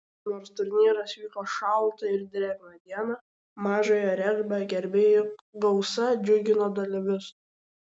nors turnyras vyko šaltą ir drėgną dieną mažojo regbio gerbėjų gausa džiugino dalyvius